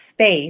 space